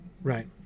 Right